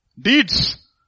deeds